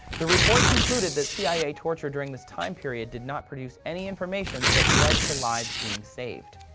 the report concluded that cia torture during this time period did not produce any information that led to lives being saved.